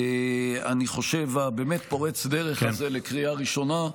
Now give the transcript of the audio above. אני חושב, הפורץ-דרך הזה לקריאה ראשונה.